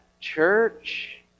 church